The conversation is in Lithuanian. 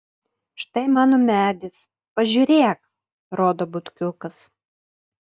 štai mano medis pažiūrėk rodo butkiukas